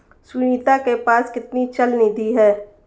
सुनीता के पास कितनी चल निधि है?